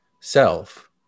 self